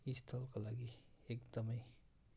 स्थलको लागि एकदमै